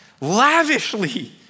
lavishly